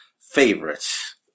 favorites